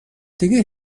دیگه